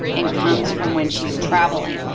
and comes from when she's traveling.